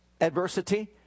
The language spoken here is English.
adversity